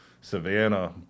Savannah